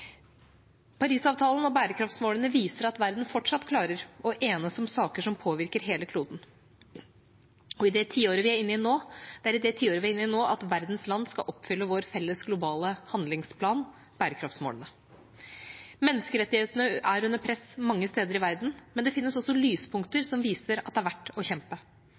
Parisavtalen og bærekraftsmålene viser at verden fortsatt klarer å enes om saker som påvirker hele kloden. Og det er i tiåret vi er inne i nå, verdens land skal oppfylle vår felles globale handlingsplan – bærekraftsmålene. Menneskerettighetene er under press mange steder i verden, men det finnes også lyspunkter som viser at det er verd å kjempe.